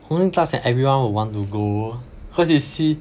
红心大奖 everyone would want to go cause you see